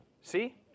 See